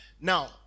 Now